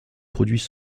produits